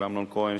של אמנון כהן,